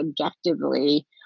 objectively